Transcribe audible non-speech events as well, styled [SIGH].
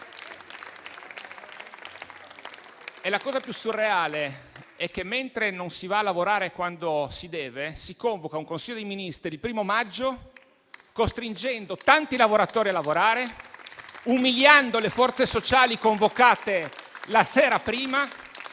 La cosa più surreale è che, mentre non si va a lavorare quando si deve, si convoca un Consiglio dei ministri il 1° maggio, costringendo tanti lavoratori a lavorare, [APPLAUSE] umiliando le forze sociali convocate la sera prima